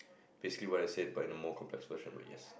basically what I said but in a more complex version but yes